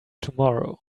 tomorrow